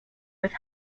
with